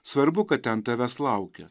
svarbu kad ten tavęs laukia